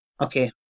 Okay